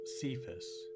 Cephas